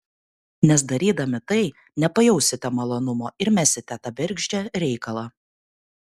nes darydami tai nepajausite malonumo ir mesite tą bergždžią reikalą